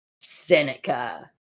Seneca